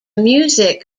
music